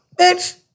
Bitch